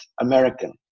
American